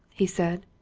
he said.